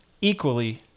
equally